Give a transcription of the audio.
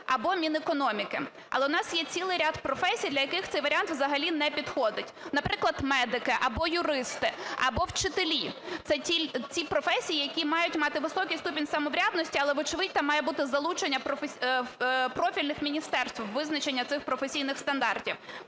або Мінекономіки, але у нас є цілий ряд професій, для яких цей варіант взагалі не підходить, наприклад, медики або юристи, або вчителі. Це ті професії, які мають мати високий ступінь самоврядності, але вочевидь там має бути залучення профільних міністерств в визначення цих професійних стандартів.